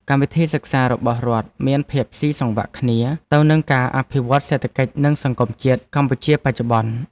កម្មវិធីសិក្សារបស់រដ្ឋមានភាពស៊ីសង្វាក់គ្នាទៅនឹងការអភិវឌ្ឍន៍សេដ្ឋកិច្ចនិងសង្គមជាតិកម្ពុជាបច្ចុប្បន្ន។